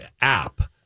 app